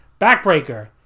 backbreaker